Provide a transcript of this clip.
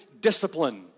discipline